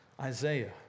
Isaiah